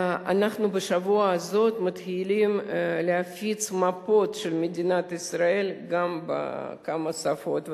אנחנו בשבוע הזה מתחילים להפיץ גם מפות של מדינת ישראל בכמה שפות,